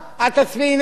את תצביעי נגד.